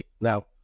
Now